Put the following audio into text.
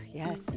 yes